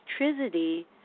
electricity